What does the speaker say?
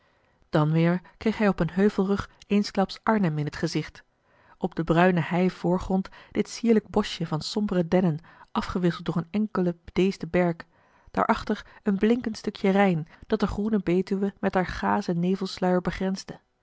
dan weer kreeg hij op een heuvelrug eensklaps arnhem in het gezicht op den bruinen hei voorgrond dit sierlijk boschje van sombere dennen afgewisseld door een enkelen bedeesden berk daarachter een blinkend stukje rijn dat de groene betuwe met haar gazen nevelmarcellus emants een drietal novellen sluier begrensde